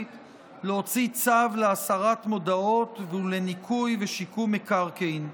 להוציא צו להסרת מודעות ולניקוי ושיקום מקרקעין.